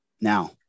now